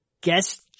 guess